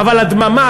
אבל הדממה,